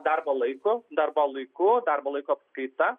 darbo laiko darbo laiku darbo laiko apskaita